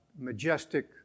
Majestic